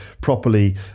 properly